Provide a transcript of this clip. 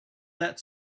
that